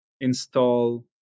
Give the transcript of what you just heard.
install